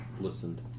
listened